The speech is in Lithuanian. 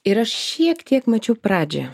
ir aš šiek tiek mačiau pradžią